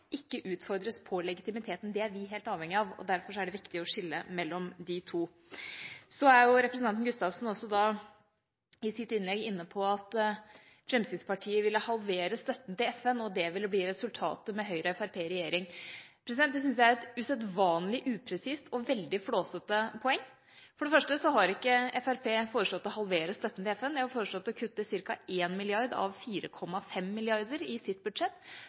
ikke utfordres på legitimiteten. Det er vi helt avhengige av, og derfor er det viktig å skille mellom de to. Så er representanten Gustavsen i sitt innlegg også inne på at Fremskrittspartiet ville halvere støtten til FN, og at det ville bli resultatet med Høyre og Fremskrittspartiet i regjering. Det syns jeg er et usedvanlig upresist og veldig flåsete poeng. For det første har ikke Fremskrittspartiet foreslått å halvere støtten; de har foreslått å kutte ca. 1 mrd. kr av 4,5 mrd. kr i sitt budsjett.